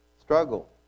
struggle